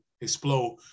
explode